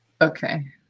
Okay